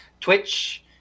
Twitch